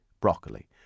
broccoli